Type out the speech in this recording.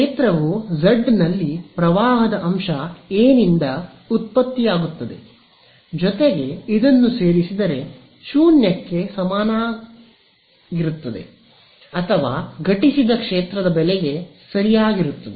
ಕ್ಷೇತ್ರವು z ನಲ್ಲಿ ಪ್ರವಾಹದ ಅಂಶ A ನಿಂದ ಉತ್ಪತ್ತಿಯಾಗುತ್ತದೆ ಜೊತೆಗೆ ಇದನ್ನು ಸೇರಿಸಿದರೆ 0 ಗೆ ಸಮನಾಗಿರುತ್ತದೆ ಅಥವಾ ಘಟಸಿದ ಕ್ಷೇತ್ರದ ಬೆಲೆಗೆ ಸರಯಾಗಿರುತ್ತದೆ